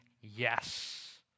yes